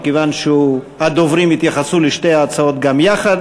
מכיוון שהדוברים יתייחסו לשתי ההצעות גם יחד.